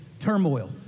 turmoil